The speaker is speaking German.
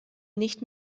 nicht